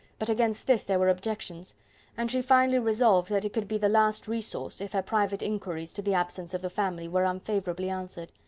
but against this there were objections and she finally resolved that it could be the last resource, if her private inquiries to the absence of the family were unfavourably answered.